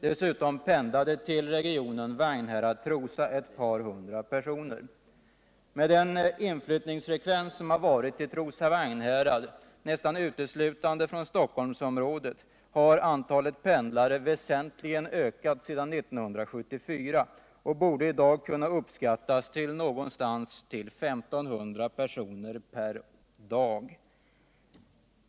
Dessutom pendlade till regionen Vagnhärad-Trosa ett par hundra personer. Med den inflyttningsfrekvens som varit i Trosa-Vagnhärad, nästan uteslutande från Stockholmsområdet, har antalet pendlare väsentligen ökat sedan 1974 och borde i dag kunna uppskattas till omkring 1 500 personer per dag.